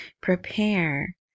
Prepare